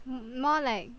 more like